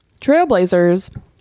Trailblazers